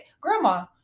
Grandma